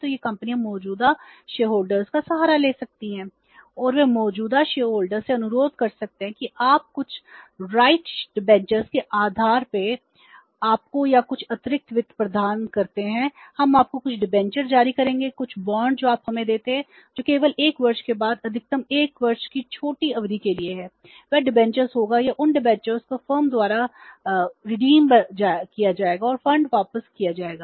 और वे मौजूदा शेयरधारकों होगा या उन डिबेंचर को फर्म द्वारा भुनाया जाएगा और फंड वापस किया जाएगा